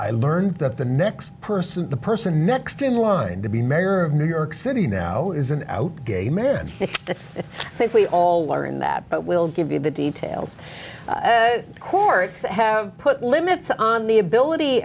i learned that the next person the person next in line to be mayor of new york city now is an out gay man i think we all learned that but we'll give you the details the courts have put limits on the ability